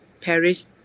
Paris